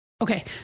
Okay